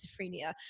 schizophrenia